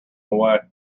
away